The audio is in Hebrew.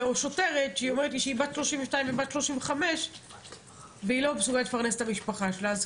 שוטרת בת 32 או 35 שלא מסוגלת לפרנס את המשפחה שלה.